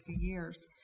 years